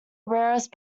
rarest